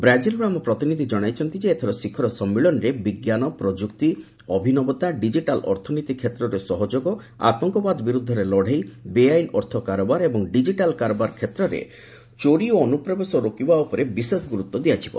ବ୍ରାଜିଲରୁ ଆମ ପ୍ରତିନିଧି ଜଣାଇଛନ୍ତି ଯେ ଏଥର ଶିଖର ସମ୍ମିଳନୀରେ ବିଜ୍ଞାନ ପ୍ରଯୁକ୍ତି ଅଭିନବତା ଡିଜିଟାଲ ଅର୍ଥନୀତି କ୍ଷେତ୍ରରେ ସହଯୋଗ ଆତଙ୍କବାଦ ବିରୁଦ୍ଧରେ ଲଢ଼େଇ ବେଆଇନ ଅର୍ଥ କାରବାର ଏବଂ ଡିଜିଟାଲ କାରବାର କ୍ଷେତ୍ରରେ ଚୋରି ଓ ଅନୁପ୍ରବେଶ ରୋକିବା ଉପରେ ବିଶେଷ ଗୁରୁତ୍ୱ ଦିଆଯିବ